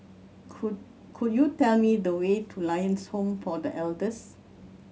could could you tell me the way to Lions Home for The Elders